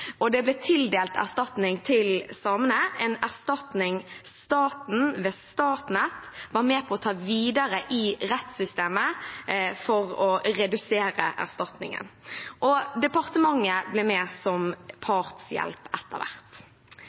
og det ble tildelt erstatning til samene, en erstatning staten ved Statnett var med på å ta videre i rettssystemet for å redusere erstatningen, og departementet ble med som partshjelp etter hvert.